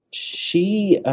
she